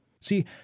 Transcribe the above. See